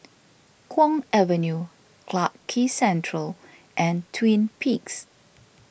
Kwong Avenue Clarke Quay Central and Twin Peaks